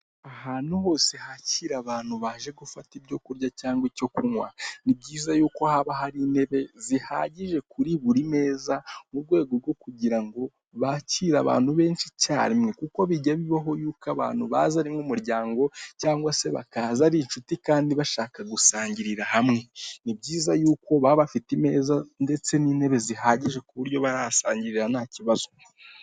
Ahantu hose hakira abantu baje gufata ibyo kurya cyangwa icyo kunywa, ni byiza yuko haba hari intebe zihagije kuri buri meza, mu rwego rwo kugira ngo bakire abantu benshi icya rimwe. Kuko bijya bibaho yuko abantu baza ari nk'umuryango cyangwa se bakaza ari inshuti kandi bashaka gusangirira hamwe. Ni byiza yuko baba bafite imeza ndetse n'intebe zihagije ku buryo barahasangirira nta kibazo.